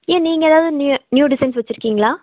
ஏன் நீங்கள் ஏதாவது நியூ நியூ டிசைன்ஸ் வச்சுருக்கீங்களா